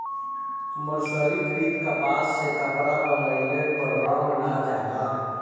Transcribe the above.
मर्सरीकृत कपास से कपड़ा बनइले पर रंग ना जाला